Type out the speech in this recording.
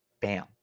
Bam